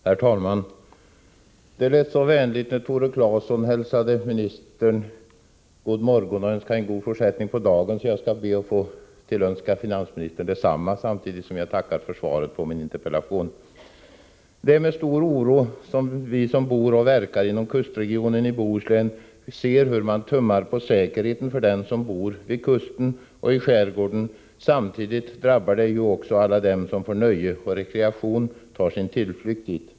Herr talman! Det lät så vänligt när Tore Claeson hälsade energiministern god morgon och önskade henne en god fortsättning på dagen, så jag skall be att få tillönska finansministern detsamma samtidigt som jag tackar för svaret på min interpellation. Det är med stor oro som vi som bor och verkar inom kustregionen i Bohuslän ser hur man tummar på säkerheten för dem som bor vid kusten och iskärgården. Samtidigt drabbar ju detta alla dem som för nöje och rekreation tar sin tillflykt dit.